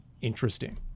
Interesting